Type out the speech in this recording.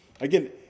Again